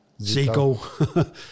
Zico